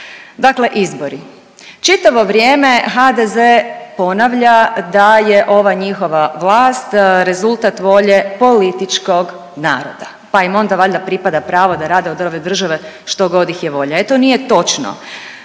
Dakle izbori, čitavo vrijeme HDZ ponavlja da je ova njihova vlast rezultat volje političkog naroda, pa im onda pripada pravo da rade od ove države što god ih je volja. E to nije točno,